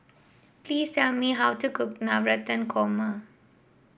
please tell me how to cook Navratan Korma